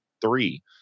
three